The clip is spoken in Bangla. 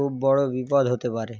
খুব বড় বিপদ হতে পারে